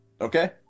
Okay